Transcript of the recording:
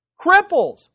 cripples